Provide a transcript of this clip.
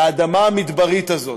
לאדמה המדברית הזאת,